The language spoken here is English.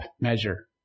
measure